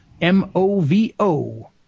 M-O-V-O